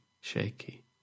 shaky